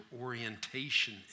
orientation